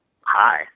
Hi